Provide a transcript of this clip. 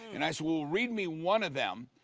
and i said, well read me one of them.